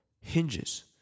hinges